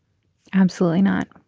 absolutely not.